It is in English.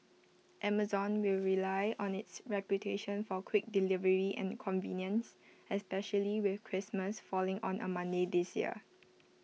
Amazon will rely on its reputation for quick delivery and convenience especially with Christmas falling on A Monday this year